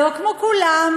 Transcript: לא כמו כולן,